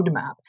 roadmap